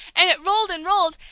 and it rolled and rolled.